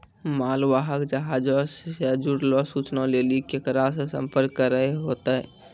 मालवाहक जहाजो से जुड़लो सूचना लेली केकरा से संपर्क करै होतै?